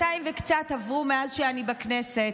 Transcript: שנתיים וקצת עברו מאז שאני בכנסת,